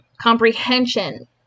comprehension